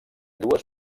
dues